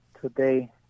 today